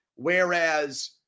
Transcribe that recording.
Whereas